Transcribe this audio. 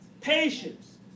patience